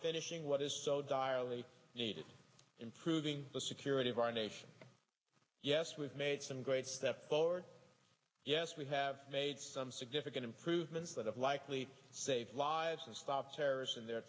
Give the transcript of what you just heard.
finishing what is so directly needed improving the security of our nation yes we've made some great step forward yes we have made some significant improvements that have likely saved lives and stop terrorists in their